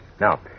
Now